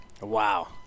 Wow